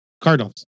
Cardinals